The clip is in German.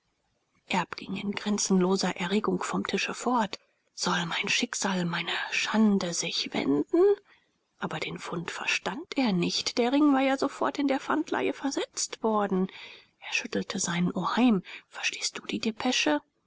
ging in grenzenloser erregung vom tische fort soll mein schicksal meine schande sich wenden aber den fund verstand er nicht der ring war ja sofort in der pfandleihe versetzt worden er schüttelte seinen oheim verstehst du die depesche